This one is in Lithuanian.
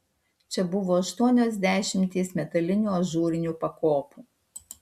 čia buvo aštuonios dešimtys metalinių ažūrinių pakopų